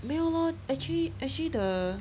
没有 lor actually actually the